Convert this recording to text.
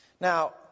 Now